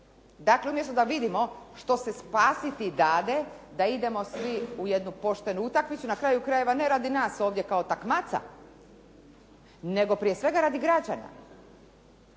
Dakle, umjesto da vidimo što se spasiti dade, da idemo svi u jedinu poštenu utakmicu, na kraju krajeva ne radi nas ovdje kao takmaca, nego prije svega radi građana.